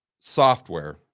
software